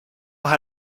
how